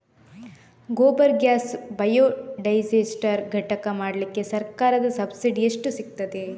Gobar gas biodigester ಘಟಕ ಮಾಡ್ಲಿಕ್ಕೆ ಸರ್ಕಾರದ ಸಬ್ಸಿಡಿ ಎಷ್ಟು ಸಿಕ್ತಾದೆ?